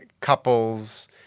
couples